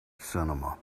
cinema